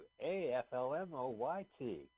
A-F-L-M-O-Y-T